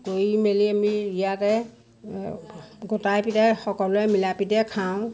কৰি মেলি আমি ইয়াতে গোটাই পিটাই সকলোৱে মিলা প্ৰীতিৰে খাওঁ